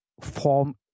form